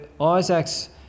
Isaac's